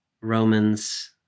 Romans